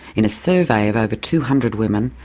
in a survey of over two hundred women,